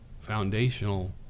foundational